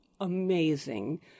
amazing